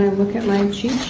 look at my cheat